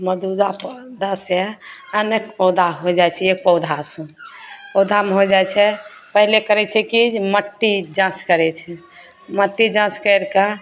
मदुदा पर दसे अनेक पौधा हो जाइ छै एक पौधासँ पौधामे हो जाइ छै पहिले करै छै कि जे मट्टी जाँच करै छै मट्टी जाँच करिकऽ